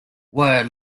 were